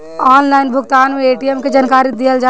Online भुगतान में ATM के जानकारी दिहल जाला?